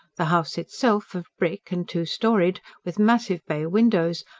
the house itself, of brick and two-storeyed, with massive bay-windows,